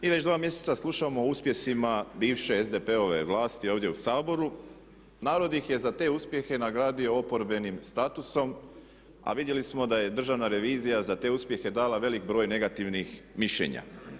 Mi već dva mjeseca slušamo o uspjesima bivše SDP-ove vlasti ovdje u Saboru, narod ih je za te uspjehe nagradio oporbenim statusom a vidjeli smo da je Državna revizija za te uspjehe dala velik broj negativnih mišljenja.